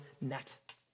net